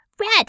Red